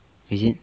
is it